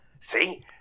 see